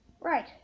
right